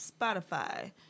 Spotify